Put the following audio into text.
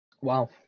Wow